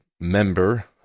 member